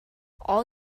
all